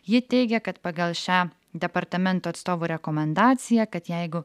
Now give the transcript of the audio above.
ji teigė kad pagal šią departamento atstovo rekomendaciją kad jeigu